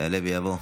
יעלה ויבוא.